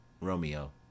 Romeo